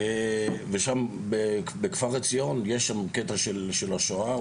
ושם, בכפר עציון, יש שם קטע של השואה.